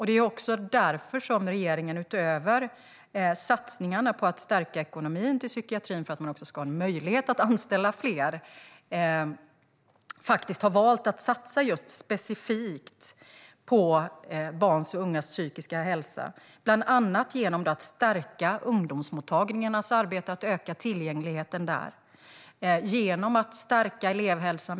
Det är därför som regeringen, utöver satsningarna på att stärka ekonomin för psykiatrin för att man ska ha möjlighet att anställa fler, faktiskt har valt att satsa specifikt på barns och ungas psykiska hälsa, bland annat genom att stärka ungdomsmottagningarnas arbete och öka tillgängligheten där samt genom att stärka elevhälsan.